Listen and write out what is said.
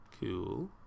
Cool